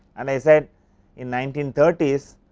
and i said in nineteen thirty s,